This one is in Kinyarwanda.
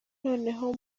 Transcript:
noneho